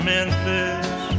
Memphis